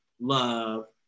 love